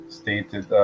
stated